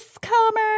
Comer